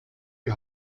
die